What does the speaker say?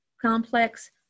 complex